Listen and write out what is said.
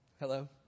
Hello